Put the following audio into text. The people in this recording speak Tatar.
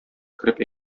кереп